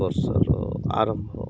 ବର୍ଷର ଆରମ୍ଭ